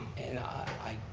and i